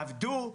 עבדו,